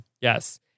Yes